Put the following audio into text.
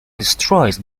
destroys